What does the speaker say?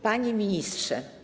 Panie Ministrze!